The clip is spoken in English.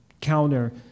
counter